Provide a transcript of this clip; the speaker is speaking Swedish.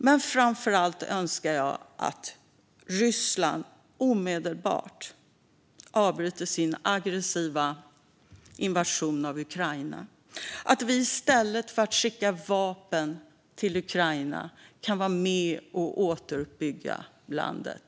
Men framför allt önskar jag att Ryssland omedelbart avbryter sin aggressiva invasion av Ukraina och att vi i stället för att skicka vapen till Ukraina kan vara med och återuppbygga landet.